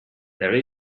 there